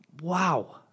Wow